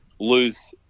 lose